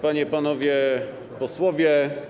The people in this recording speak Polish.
Panie i Panowie Posłowie!